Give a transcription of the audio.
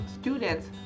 students